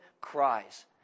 cries